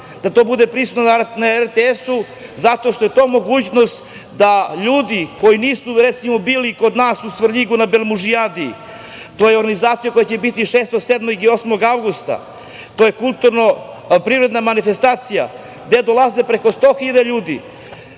da to bude prisutno na RTS-u, zato što je to mogućnost da ljudi koji nisu, recimo, bili kod nas u Svrljigu na „Belmužijadi“, to je manifestacija koja će biti 6, 7. i 8. avgusta, to je kulturno-privredna manifestacija gde dolazi preko 100.000 ljudi.